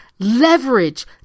leverage